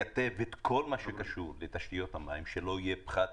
לייטב את כל מה שקשור לתשתיות המים, שלא יהיה פחת.